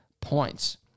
points